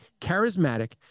charismatic